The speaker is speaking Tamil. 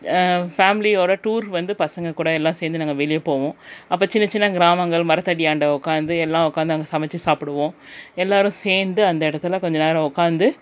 ஃபேம்லியோடு டூர் வந்து பசங்கள் கூட எல்லாம் சேர்ந்து நாங்கள் வெளியே போவோம் அப்போ சின்ன சின்ன கிராமங்கள் மரத்தடியாண்ட உக்கார்ந்து எல்லாம் உக்கார்ந்து அங்கே சமைச்சு சாப்பிடுவோம் எல்லோரும் சேர்ந்து அந்த இடத்துல கொஞ்ச நேரம் உக்கார்ந்து